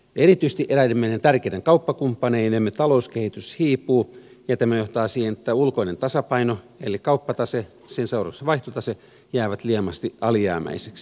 erityisesti eräiden meidän tärkeiden kauppakumppaneidemme talouskehitys hiipuu ja tämä johtaa siihen että ulkoinen tasapaino eli kauppatase ja sen seurauksena vaihtotase jäävät lievästi alijäämäiseksi